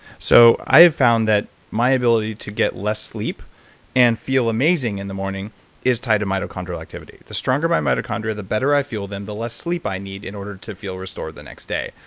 so i found that my ability to get less sleep and feel amazing in the morning is tied to mitochondrial activity. the stronger my mitochondria, the better i feel, then the less sleep i need in order to feel restored the next day.